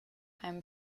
einem